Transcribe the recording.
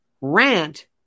rant